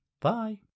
Bye